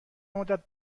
مدت